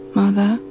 mother